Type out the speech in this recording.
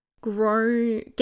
Grow